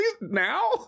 now